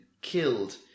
killed